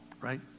right